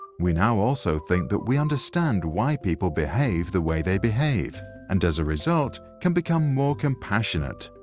we now also think that we understand why people behave the way they behave and as a result can become more compassionate.